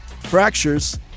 Fractures